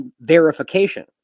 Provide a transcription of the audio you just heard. verification